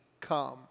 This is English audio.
come